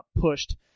pushed